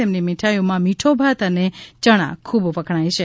તેમની મીઠાઇમાં મીઠો ભાત અને ચણા ખૂબ વખણાય છે